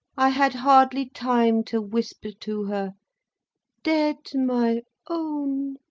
i had hardly time to whisper to her dead my own!